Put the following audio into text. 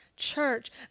church